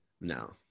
No